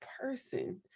person